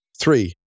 Three